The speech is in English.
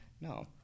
No